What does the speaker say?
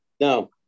No